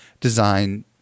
design